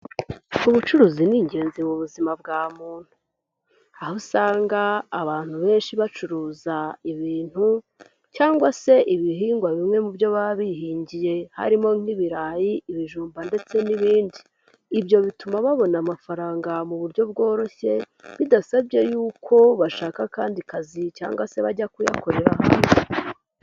Ubucuruzi ni ingenzi mu buzima bwa muntu. Aho usanga abantu benshi bacuruza ibintu cyangwa se ibihingwa bimwe mu byo baba bihingiye. Harimo nk'ibirayi, ibijumba ndetse n'ibindi. Ibyo bituma babona amafaranga mu buryo bworoshye, bidasabye yuko bashaka akandi kazi cyangwa se bajya kuyakorera ahandi.